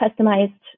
customized